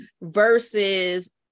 versus